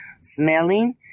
smelling